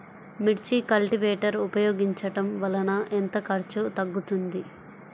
మిర్చి కల్టీవేటర్ ఉపయోగించటం వలన ఎంత ఖర్చు తగ్గుతుంది?